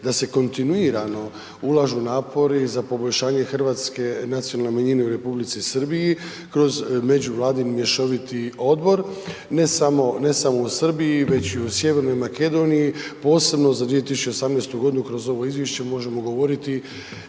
da se kontinuirano ulažu napori za poboljšanje hrvatske nacionalne manjine u Republici Srbiji kroz međuvladin mješovit odbor, ne samo u Srbiji već i u Sjevernoj Makedoniji posebno za 2018. g. kroz ovo izvješće možemo govoriti